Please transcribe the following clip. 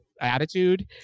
attitude